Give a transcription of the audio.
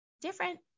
different